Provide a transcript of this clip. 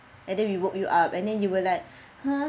and then we woke you up and then you were like !huh!